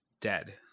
dead